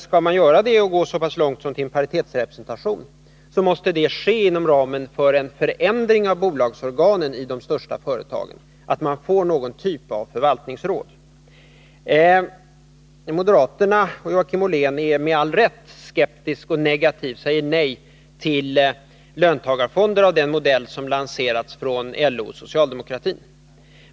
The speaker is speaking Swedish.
Skall det gå så långt som till en paritetsrepresentation, så måste det ske inom ramen för en förändring av bolagsorganen i de största företagen, så att man får någon typ av förvaltningsråd. Moderaterna och Joakim Ollén är med all rätt skeptiska och negativa till löntagarfonder av den modell som lanserats av LO och socialdemokratin.